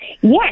Yes